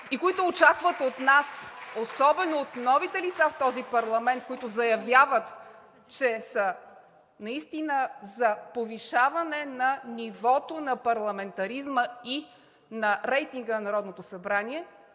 от ГЕРБ-СДС), особено от новите лица в този парламент, които заявяват, че са наистина за повишаване на нивото на парламентаризма и на рейтинга на Народното събрание.